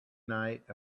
night